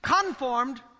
conformed